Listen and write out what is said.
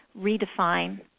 redefine